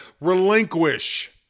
relinquish